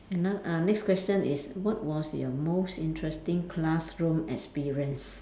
n~ uh next question is what was your most interesting classroom experience